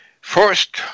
first